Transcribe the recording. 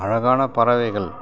அழகான பறவைகள்